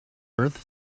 earth